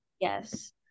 Yes